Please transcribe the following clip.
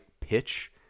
pitch